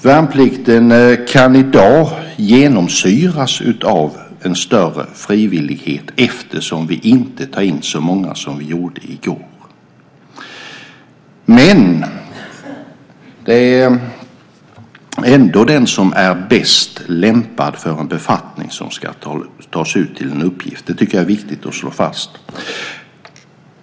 Värnplikten kan i dag genomsyras av en större frivillighet eftersom vi inte tar in så många som vi gjorde i går, men det är ändå den som är bäst lämpad för en befattning som ska tas ut till en uppgift. Det tycker jag är viktigt att slå fast.